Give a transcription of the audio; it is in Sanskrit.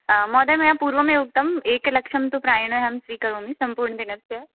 महोदय मया पूर्वमेव उक्तम् एकलक्षं तु प्रायेण अहं स्वीकरोमि सम्पूर्णदिनस्य